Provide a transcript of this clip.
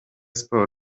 sports